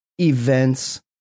events